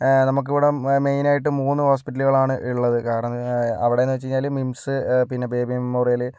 നമുക്കിവിടെ മെയിൻ ആയിട്ടും മൂന്ന് ഹോസ്പിറ്റല്കൾ ആണുള്ളത് കാരണം അവിടെന്ന് വച്ചു കഴിഞ്ഞാല് മിംസ് പിന്നെ ബേബി മെമ്മോറിയല്